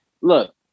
look